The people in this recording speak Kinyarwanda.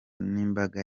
n’imbaga